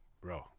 bro